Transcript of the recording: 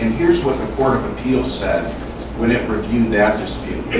here's what the court of appeals said when it reviewed that dispute.